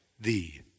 thee